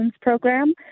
program